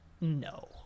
No